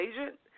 agent